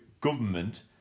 government